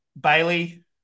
Bailey